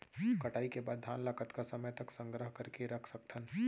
कटाई के बाद धान ला कतका समय तक संग्रह करके रख सकथन?